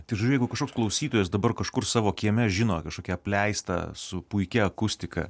tai žodžiu jeigu kažkoks klausytojas dabar kažkur savo kieme žino kažkokią apleistą su puikia akustika